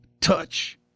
touch